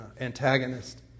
antagonist